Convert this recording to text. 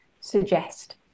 suggest